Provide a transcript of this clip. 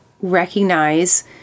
recognize